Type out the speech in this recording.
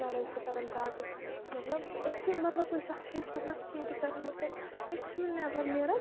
نرین چھِ کران دگ مطلب أسۍ چھِ مطلب کُنہِ ساتہٕ چھِ أسۍ مطلب کینٛہہ تہِ کران مطلب أسۍ چھِنہٕ نٮ۪بر نیران